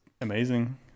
amazing